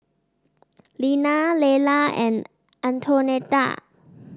Lina Lela and Antonetta